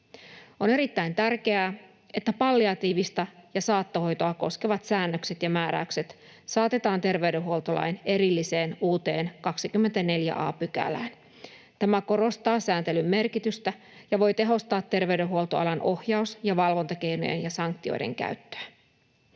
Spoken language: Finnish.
On erittäin tärkeää, että palliatiivista ja saattohoitoa koskevat säännökset ja määräykset saatetaan terveydenhuoltolain erilliseen, uuteen 24 a §:ään. Tämä korostaa sääntelyn merkitystä ja voi tehostaa terveydenhuoltoalan ohjaus‑ ja valvontakeinojen ja sanktioiden käyttöä.